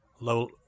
low